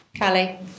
Callie